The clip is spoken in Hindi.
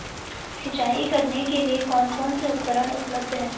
सिंचाई करने के लिए कौन कौन से उपकरण उपलब्ध हैं?